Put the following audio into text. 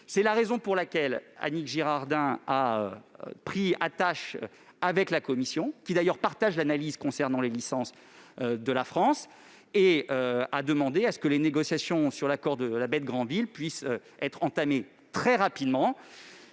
C'est la raison pour laquelle Annick Girardin a pris attache avec la Commission, qui partage d'ailleurs l'analyse de la France sur ces licences, et a demandé que les négociations sur l'accord de la baie de Granville puissent être entamées très rapidement.